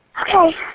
Okay